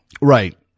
Right